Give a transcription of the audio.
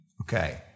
Okay